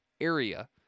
area